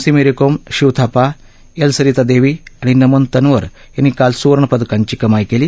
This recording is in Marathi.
सी मेरी कोम शिव थापा एल सरिता देवी आणि नमन तनवर यांनी काल सुवर्ण पदकांची कमाई केली